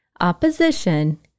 opposition